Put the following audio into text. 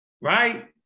Right